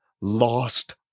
lost